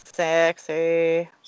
Sexy